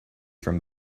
from